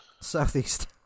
Southeast